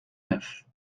neuf